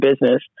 business